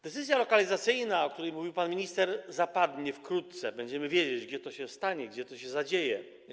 Decyzja lokalizacyjna, o której mówił pan minister, zapadnie wkrótce, będziemy wiedzieć, gdzie to się stanie, gdzie to się zadzieje.